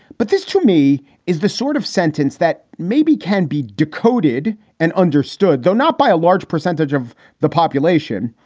but this to me is the sort of sentence that maybe can be decoded and understood, though not by a large percentage of the population,